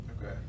Okay